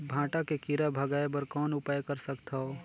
भांटा के कीरा भगाय बर कौन उपाय कर सकथव?